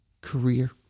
career